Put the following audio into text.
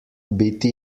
biti